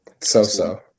So-so